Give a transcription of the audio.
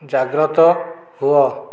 ଜାଗ୍ରତ ହୁଅ